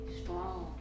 strong